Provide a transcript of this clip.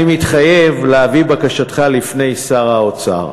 אני מתחייב להביא את בקשתך לפני שר האוצר,